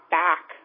back